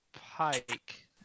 pike